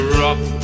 rock